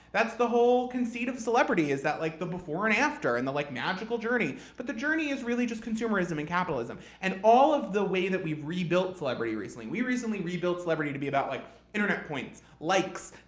that's the whole conceit of celebrity, is like the before and after and the like magical journey. but the journey is really just consumerism and capitalism. and all of the way that we've rebuilt celebrity recently we recently rebuilt celebrity to be about like internet points, likes,